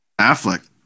Affleck